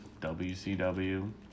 WCW